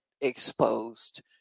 exposed